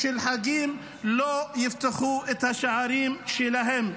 לא יפתחו את שעריהם בזמן של חגים.